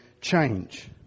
change